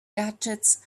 gadgets